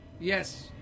Yes